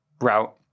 route